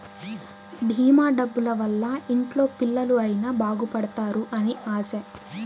భీమా డబ్బుల వల్ల ఇంట్లో పిల్లలు అయిన బాగుపడుతారు అని ఆశ